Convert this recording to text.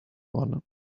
one